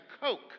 coke